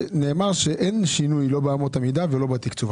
נאמר שאין שינוי, לא באמות המידה ולא בתקצוב.